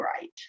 right